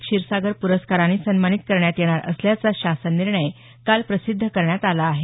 क्षीरसागर प्रस्कारानं सन्मानित करण्यात येणार असल्याचा शासन निर्णय काल प्रसिध्द करण्यात आला आहे